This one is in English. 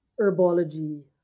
herbology